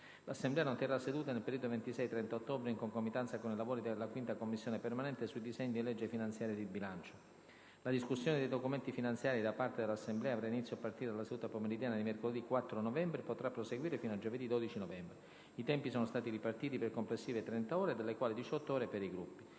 L'Assemblea non terrà seduta nel periodo 26-30 ottobre in concomitanza con i lavori della 5a Commissione permanente sui disegni di legge finanziaria e di bilancio. La discussione dei documenti finanziari da parte dell'Assemblea avrà inizio a partire dalla seduta pomeridiana di mercoledì 4 novembre e potrà proseguire fino a giovedì 12 novembre. I tempi sono stati ripartiti per complessive 30 ore, delle quali 18 ore per i Gruppi.